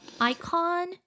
icon